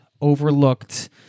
overlooked